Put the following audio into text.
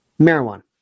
Marijuana